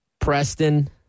Preston